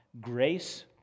grace